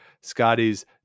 Scotty's